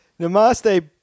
Namaste